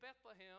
Bethlehem